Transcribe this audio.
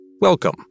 Welcome